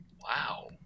Wow